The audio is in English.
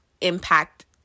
impact